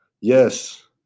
Yes